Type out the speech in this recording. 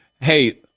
hey